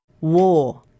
War